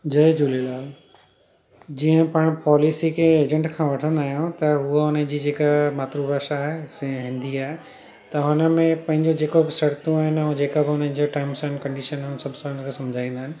जय झूलेलाल जीअं पाण पॉलिसी खे एजेंट खां वठंदा आहियूं त उहो उनजी जेका मातृभाषा आहे सिंधी आहे त हुनमें पंहिंजो जेको शर्तूं आहिनि ऐं जेका बि उन्हनि जो टर्म्स एंड कंडीशन आहे सभु सम्झाईंदा आहिनि